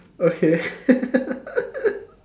okay